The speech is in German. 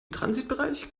transitbereich